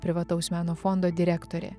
privataus meno fondo direktorė